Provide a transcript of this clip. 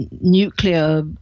nuclear